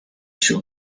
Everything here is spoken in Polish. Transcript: się